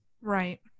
Right